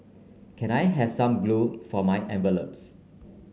can I have some glue for my envelopes